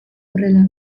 horrela